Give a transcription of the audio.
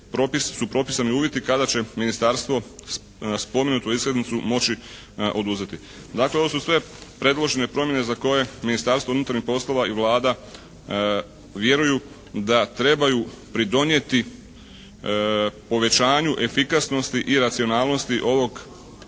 su propisani uvjeti kada će ministarstvo spomenutu iskaznicu moći oduzeti. Dakle, ovo su sve predložene promjene za koje Ministarstvo unutarnjih poslova i Vlada vjeruju da trebaju pridonijeti povećanju efikasnosti i racionalnosti ovog